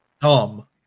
dumb